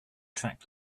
track